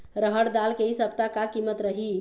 रहड़ दाल के इ सप्ता का कीमत रही?